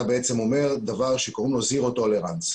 אתה בעצם אומר דבר שקוראים לו זירו טולרנס.